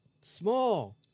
small